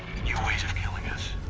new ways of killing us.